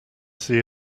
see